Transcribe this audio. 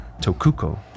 Tokuko